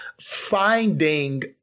finding